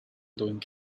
doing